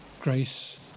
Grace